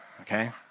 Okay